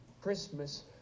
christmas